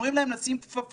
ואומרים להם לשים ככפות,